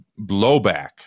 blowback